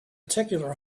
peculiar